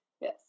Yes